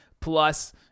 plus